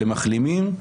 למחלימים.